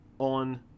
on